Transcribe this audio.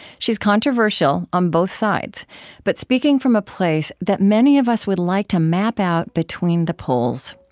she's controversial on both sides but speaking from a place that many of us would like to map out between the poles.